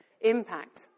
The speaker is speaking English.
impact